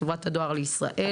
"חברת הדואר לישראל",